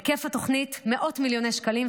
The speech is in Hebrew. היקף התוכנית הוא מאות מיליוני שקלים,